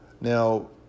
Now